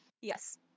Yes